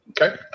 Okay